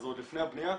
וזה עוד לפני הבנייה,